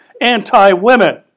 anti-women